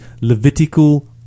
Levitical